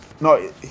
no